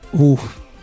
oof